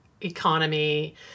economy